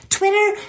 Twitter